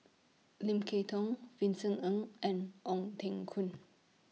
Lim Kay Tong Vincent Ng and Ong Teng Koon